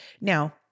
Now